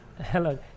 Hello